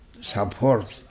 support